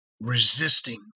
resisting